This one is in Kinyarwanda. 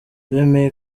bemeye